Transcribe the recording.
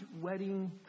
wedding